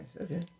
okay